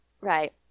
Right